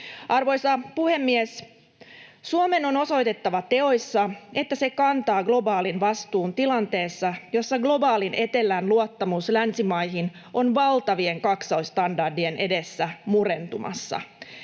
Arvoisa puhemies! Suomen on osoitettava teoissa, että se kantaa globaalin vastuun tilanteessa, jossa globaalin etelän luottamus länsimaihin on valtavien kaksoisstandardien edessä murentumassa.